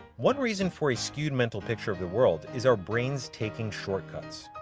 one reason for a skewed mental picture of the world is our brains taking shortcuts.